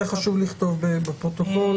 חשוב לכתוב את זה בפרוטוקול.